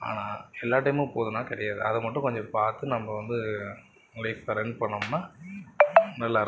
ஆனால் எல்லா டைமும் போதுனால் கிடையாது அதை மட்டும் கொஞ்சம் பார்த்து நம்ம வந்து லைஃப்பை ரன் பண்ணோம்னால் நல்லாயிருக்கும்